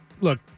look